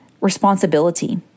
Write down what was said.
responsibility